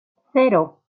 cero